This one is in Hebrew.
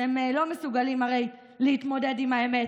אתם הרי לא מסוגלים להתמודד עם האמת,